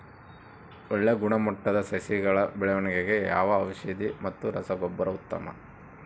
ಒಳ್ಳೆ ಗುಣಮಟ್ಟದ ಸಸಿಗಳ ಬೆಳವಣೆಗೆಗೆ ಯಾವ ಔಷಧಿ ಮತ್ತು ರಸಗೊಬ್ಬರ ಉತ್ತಮ?